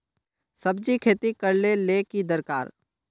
सब्जी खेती करले ले की दरकार?